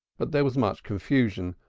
but there was much confusion,